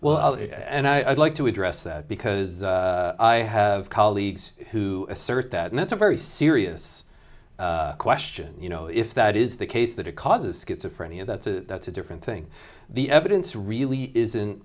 well and i'd like to address that because i have colleagues who assert that that's a very serious question you know if that is the case that it causes schizophrenia that's a that's a different thing the evidence really isn't